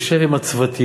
יושב עם הצוותים.